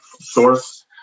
source